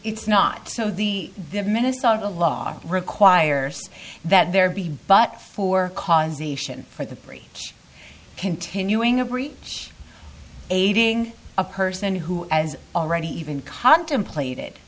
it's not so the the minnesota law requires that there be but for causation for the pre continuing a breach aiding a person who has already even contemplate